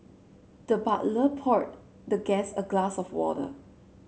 the butler poured the guest a glass of water